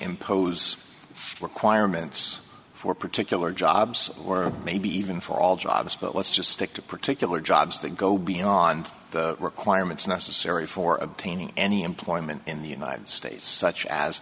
impose requirements for particular jobs or maybe even for all jobs but let's just stick to particular jobs that go beyond the requirements necessary for obtaining any employment in the united states such